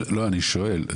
אני שואל,